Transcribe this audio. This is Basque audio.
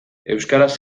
euskaraz